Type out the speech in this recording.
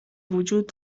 وجود